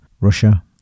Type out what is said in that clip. Russia